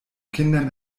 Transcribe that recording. kindern